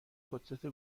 کتلت